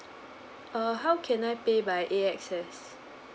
err how can I pay by A_X_S